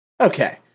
Okay